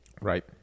Right